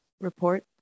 Report